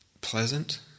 pleasant